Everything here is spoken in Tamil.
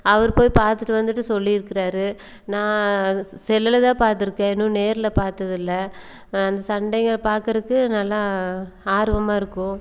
அவர் போய் பார்த்துட்டு வந்துவிட்டு சொல்லிருக்குறார் நான் செல்லில் தான் பார்த்துருக்கேன் இன்னும் நேரில் பார்த்ததில்ல நான் அந்த சண்டையை பார்க்குறக்கு நல்லா ஆர்வமாக இருக்கும்